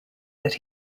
that